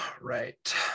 right